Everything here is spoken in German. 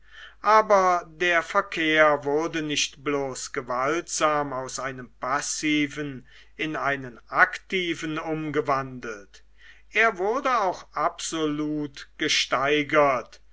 aber der verkehr wurde nicht bloß gewaltsam aus einem passiven in einen aktiven umgewandelt er wurde auch absolut gesteigert